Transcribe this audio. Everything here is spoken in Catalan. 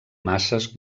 masses